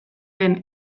den